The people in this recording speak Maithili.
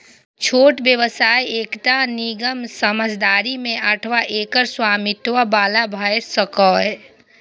छोट व्यवसाय एकटा निगम, साझेदारी मे अथवा एकल स्वामित्व बला भए सकैए